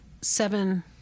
seven